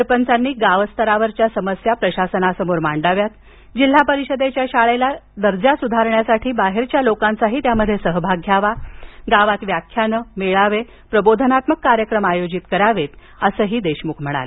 सरपचानी गाव स्तरावरील समस्या प्रशासनासमोर मांडाव्यात जिल्हा परिषदेच्या शाळेचा दर्जा सुधारण्यासाठी लोकांचा सहभाग घ्यावा गावात व्याख्याने मेळावे प्रबोधनात्मक कार्यक्रम घ्यावेत असं ते म्हणाले